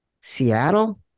Seattle